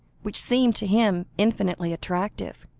which seemed to him infinitely attractive,